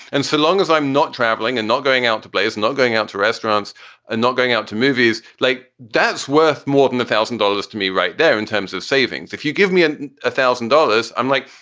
and so long as i'm not traveling and not going out to play is not going out to restaurants and not going out to movies like that's worth more than a thousand dollars to me right there in terms of savings. if you give me and a thousand dollars, i'm like,